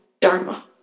Dharma